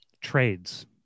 trades